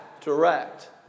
direct